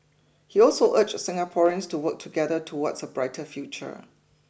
he also urged Singaporeans to work together towards a brighter future